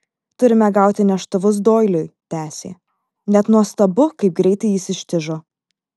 turime gauti neštuvus doiliui tęsė net nuostabu kaip greitai jis ištižo